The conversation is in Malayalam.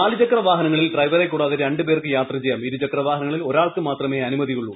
നാല് ചക്രവാഹ്നങ്ങളിൽ ഡ്രൈവറെക്കൂടാതെ രണ്ട് പേർക്ക് യാത്ര ചെയ്യാം ഇരുച്പ്കുപാഹനങ്ങളിൽ ഒരാൾക്ക് മാത്രമേ അനുമതി ഉള്ളൂ